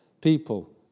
people